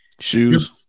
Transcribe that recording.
shoes